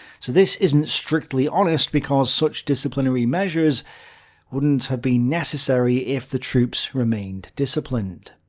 so this isn't strictly honest because such disciplinary measures wouldn't have been necessary if the troops remained disciplined.